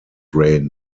range